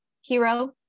hero